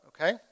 okay